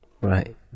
right